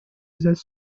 взять